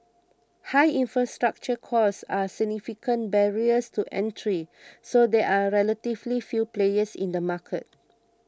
high infrastructure costs are significant barriers to entry so there are relatively few players in the market